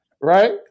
Right